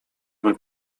był